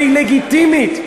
והיא לגיטימית.